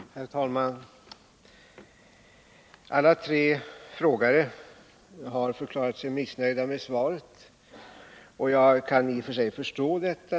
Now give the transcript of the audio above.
Herr talman! Alla tre frågeställarna har förklarat sig missnöjda med svaret, och jag kan i och för sig förstå detta.